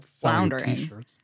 floundering